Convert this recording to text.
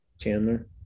chandler